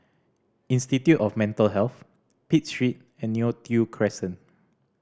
Institute of Mental Health Pitt Street and Neo Tiew Crescent